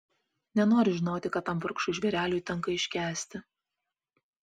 nenoriu žinoti ką tam vargšui žvėreliui tenka iškęsti